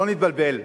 שלא נתבלבל.